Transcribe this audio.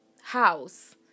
house